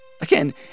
Again